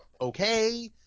okay